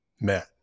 met